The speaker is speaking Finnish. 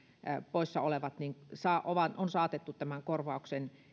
poissaolevat on saatettu tämän korvauksen